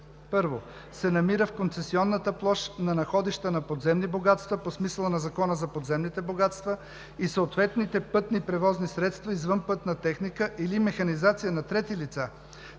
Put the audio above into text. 1. се намира в концесионната площ на находища на подземни богатства по смисъла на Закона за подземните богатства и съответните пътни превозни средства, извънпътна техника или механизация на трети лица